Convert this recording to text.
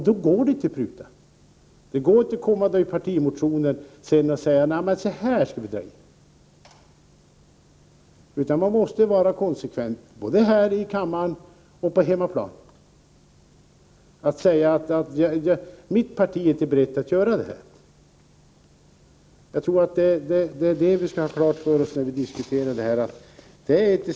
Då går det inte att pruta, att komma med partimotioner och säga att man skall dra in det ena och det andra. Man måste vara konsekvent här i kammaren och på hemmaplan. Då får man också på hemmaplan säga: Mitt parti är inte berett att satsa på det här. Det skall vi ha klart för oss när vi diskuterar det här.